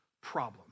problem